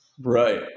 Right